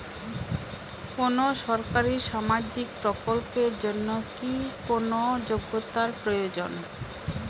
কোনো সরকারি সামাজিক প্রকল্পের জন্য কি কোনো যোগ্যতার প্রয়োজন?